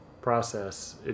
process